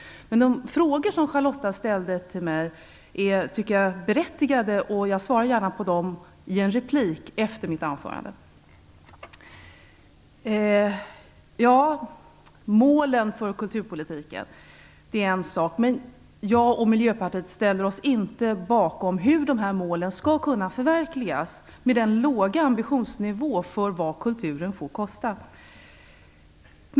De frågor som Charlotta Bjälkebring ställde till mig är berättigade, och jag svarar gärna på dem efter mitt anförande i en replik. Målen för kulturpolitiken är en sak, men jag och Miljöpartiet ställer oss inte bakom hur dessa mål skall kunna förverkligas med den låga ambitionsnivån för vad kulturen får kosta.